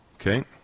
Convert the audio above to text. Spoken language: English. Okay